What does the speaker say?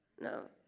No